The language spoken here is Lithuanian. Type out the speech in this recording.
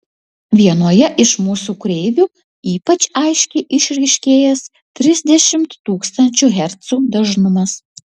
vienoje iš mūsų kreivių ypač aiškiai išryškėjęs trisdešimt tūkstančių hercų dažnumas